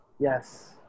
Yes